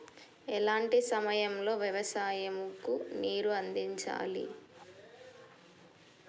ఎలాంటి సమయం లో వ్యవసాయము కు నీరు అందించాలి?